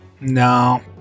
No